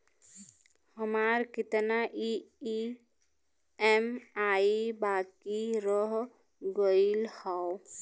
हमार कितना ई ई.एम.आई बाकी रह गइल हौ?